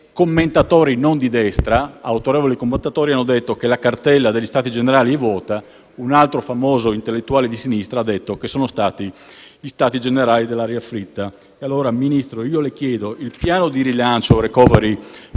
commentatori non di destra hanno detto che la cartella degli Stati generali è vuota e un altro famoso intellettuale di sinistra ha detto che sono stati gli Stati generali dell'aria fritta. Signor Ministro, io le chiedo: il piano di rilancio (*recovery